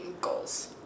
goals